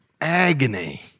agony